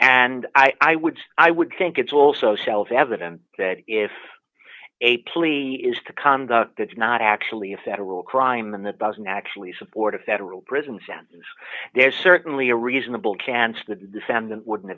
and i would i would think it's also self evident that if a plea is to conduct that's not actually a federal crime that doesn't actually support a federal prison sentence there's certainly a reasonable